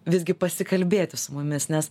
visgi pasikalbėti su mumis nes